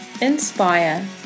inspire